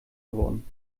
geworden